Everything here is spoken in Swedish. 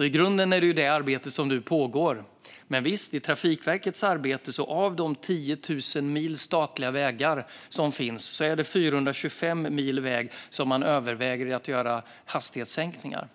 I grunden är det detta arbete som nu pågår. Men visst är det så att man i Trafikverkets arbete överväger att göra hastighetssänkningar. Det gäller på 425 mil väg av de 10 000 mil statliga vägar som finns.